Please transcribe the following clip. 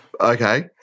Okay